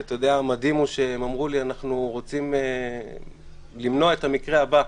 המדהים הוא שהם אמרו לי: אנחנו רוצים למנוע את המקרה הבא.